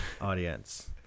audience